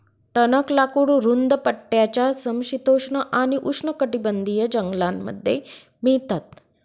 टणक लाकूड रुंद पट्ट्याच्या समशीतोष्ण आणि उष्णकटिबंधीय जंगलांमध्ये मिळतात